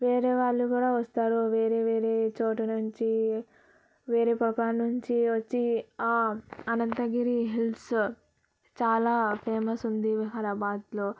వేరే వాళ్ళు కూడా వస్తారు వేరే వేరే చోటు నుంచి వేరే పాపా నుంచి వచ్చి ఆ అనంతగిరి హిల్స్ చాలా ఫేమస్ ఉంది వికారాబాద్లో